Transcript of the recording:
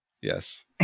Yes